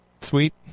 sweet